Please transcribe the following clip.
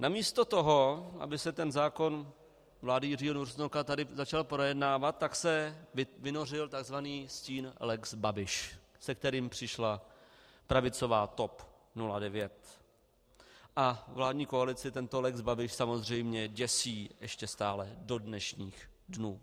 Na místo toho, aby se ten zákon vlády Jiřího Rusnoka tady začal projednávat, tak se vytvořil tzv. stín lex Babiš, se kterým přišla pravicová TOP 09, a vládní koalici tento lex Babiš samozřejmě děsí ještě stále do dnešních dnů.